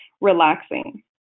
relaxing